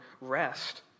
rest